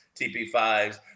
TP5s